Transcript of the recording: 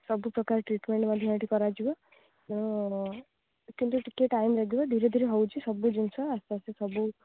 ସବୁପ୍ରକାର ଟ୍ରିଟ୍ମେଣ୍ଟ୍ ମଧ୍ୟ ଏଠି କରାଯିବ ତେ'ଣୁ କିନ୍ତୁ ଟିକେ ଟାଇମ୍ ଲାଗିବ ଧୀରେ ଧୀରେ ହେଉଛି ସବୁ ଜିନିଷ ଆସ୍ତେ ଆସ୍ତେ ସବୁ